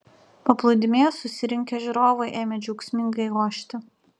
paplūdimyje susirinkę žiūrovai ėmė džiaugsmingai ošti